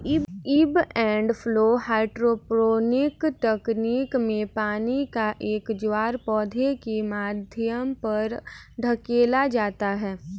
ebb and flow hydroponic तकनीक में पानी का एक ज्वार पौधे के माध्यम पर धकेला जाता है